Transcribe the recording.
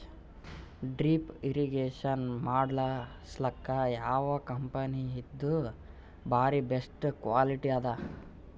Drip irrigation ಮಾಡಸಲಕ್ಕ ಯಾವ ಕಂಪನಿದು ಬಾರಿ ಬೆಸ್ಟ್ ಕ್ವಾಲಿಟಿ ಅದ?